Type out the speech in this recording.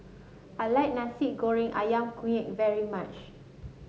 I like Nasi Goreng ayam Kunyit very much